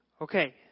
Okay